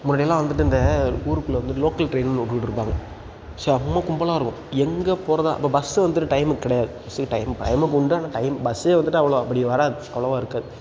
முன்னாடிலாம் வந்துட்டு இந்த ஊருக்குள்ளே வந்து லோக்கல் ட்ரெயின்னு ஒன்று விட்டுட்ருப்பாங்க செம்மை கும்பலாக இருக்கும் எங்கே போகிறதா இப்போ பஸ்ஸு வந்து டைமுக்கு கிடையாது பஸ்ஸு டைம் டைமுக்கு உண்டு ஆனால் டைம் பஸ்ஸே வந்துட்டு அவ்வளோ அப்படி வராது அவ்வளோவா இருக்காது